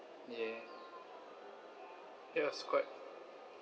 yeah it was quite